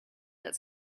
that